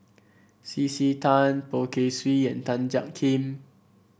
C C Tan Poh Kay Swee and Tan Jiak Kim